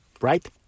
Right